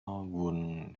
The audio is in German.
wurden